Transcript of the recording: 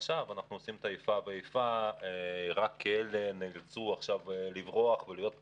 ועכשיו אנחנו עושים איפה ואיפה רק כי אלה נאלצו לברוח ולהיות פליטים,